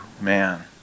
man